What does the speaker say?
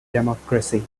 democracy